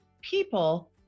People